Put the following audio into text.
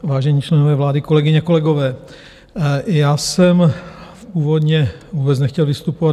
Vážení členové vlády, kolegyně, kolegové, já jsem původně vůbec nechtěl vystupovat.